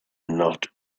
not